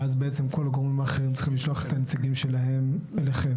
ואז בעצם כל הגורמים האחרים צריכים לשלוח את הנציגים שלהם אליכם.